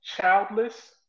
childless